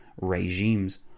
regimes